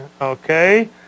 okay